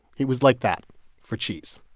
it was like that for cheese.